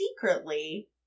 secretly